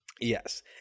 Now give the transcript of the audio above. yes